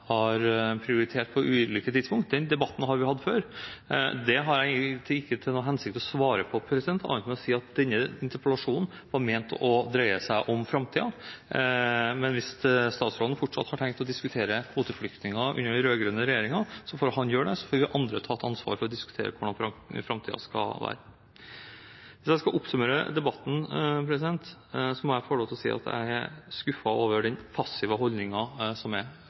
jeg ikke til hensikt å svare på, annet enn å si at denne interpellasjonen var ment å dreie seg om framtiden. Men hvis statsråden fortsatt har tenkt å diskutere antall kvoteflyktninger under den rød-grønne regjeringen, får han gjøre det, og så får vi andre ta et ansvar for å diskutere hvordan framtiden skal være. Hvis jeg skal oppsummere debatten, må jeg få lov til å si at jeg er skuffet over den passive holdningen. Representanten Karin Andersen sa det i sitt innlegg: Dette er